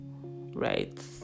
right